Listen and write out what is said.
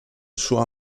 sua